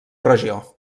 regió